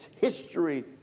history